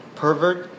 pervert